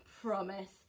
promise